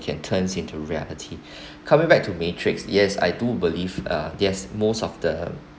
can turns into reality coming back to matrix yes I do believe uh there's most of the